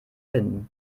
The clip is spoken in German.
finden